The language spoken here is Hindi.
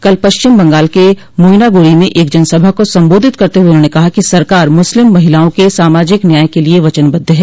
कल पश्चिम बंगाल के माइनागुड़ी में एक जनसभा को सम्बोधित करते हुए उन्होंने कहा कि सरकार मुस्लिम महिलाओं के सामाजिक न्याय के लिए वचनबद्व है